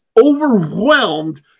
overwhelmed